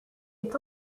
est